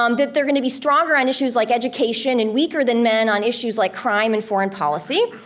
um that they're gonna be stronger on issues like education and weaker than men on issues like crime and foreign policy.